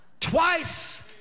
twice